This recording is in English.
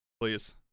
Please